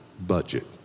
budget